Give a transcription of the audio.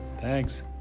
Thanks